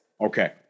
okay